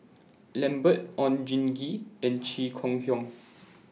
Lambert Oon Jin Gee and Chong Kee Hiong